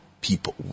people